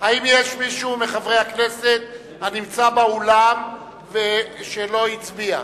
האם יש מישהו מחברי הכנסת הנמצא באולם ולא הצביע?